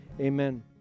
amen